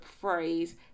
phrase